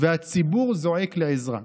והציבור זועק לעזרה.